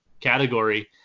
category